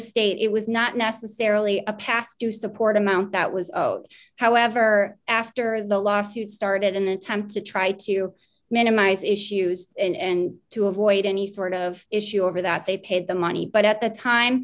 state it was not necessarily a task to support amount that was out however after the lawsuit started an attempt to try to minimize issues and to avoid any sort of issue over that they paid the money but at the time